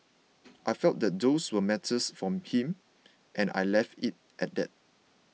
I felt that those were matters for him and I left it at that